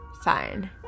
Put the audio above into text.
fine